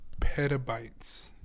petabytes